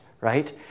right